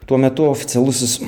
tuo metu oficialusis